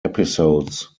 episodes